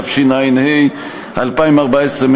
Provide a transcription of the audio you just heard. התשע"ה 2014,